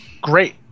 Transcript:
Great